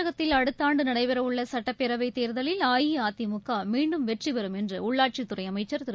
தமிழகத்தில் அடுத்தஆண்டுநடைபெறஉள்ளசட்டப்பேரவைதேர்தலில் அஇஅதிமுகமீண்டும் வெற்றிபெறும் என்றுஉள்ளாட்சித்துறைஅமைச்சர் திரு